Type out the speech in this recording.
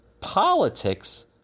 politics